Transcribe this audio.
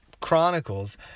chronicles